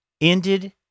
ended